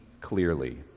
clearly